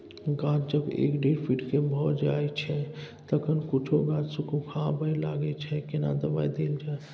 गाछ जब एक डेढ फीट के भ जायछै तखन कुछो गाछ सुखबय लागय छै केना दबाय देल जाय?